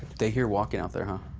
they hear walking out there, huh?